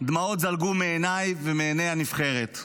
דמעות זלגו מעיניי ומעיני הנבחרת.